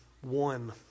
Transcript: One